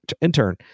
intern